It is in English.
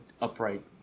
upright